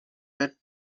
red